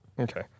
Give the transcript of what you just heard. Okay